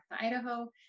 Idaho